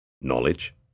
knowledge